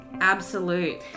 Absolute